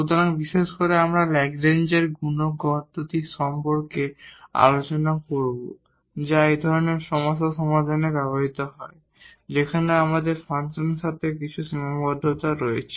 সুতরাং বিশেষ করে আমরা ল্যাগরেঞ্জ এর মাল্টিপ্লায়ারLagrange's multiplier পদ্ধতি সম্পর্কে কথা বলব যা এই ধরনের সমস্যা সমাধানে ব্যবহৃত হয় যেখানে আমাদের ফাংশনের সাথে কিছু সীমাবদ্ধতা রয়েছে